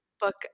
book